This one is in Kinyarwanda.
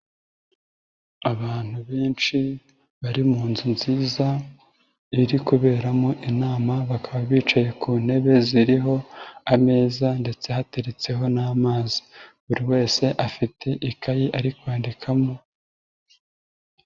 Abantu benshi bari mu nzu nziza iri kuberamo inama, bakaba bicaye ku ntebe ziriho ameza ndetse hateretseho n'amazi. Buri wese afite ikayi ari kwandikamo.